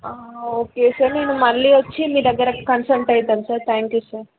okay sir నేను మళ్ళీ వచ్చి మీ దగ్గర కన్సల్ట్ అవుతాను సార్ థ్యాంక్ యూ సార్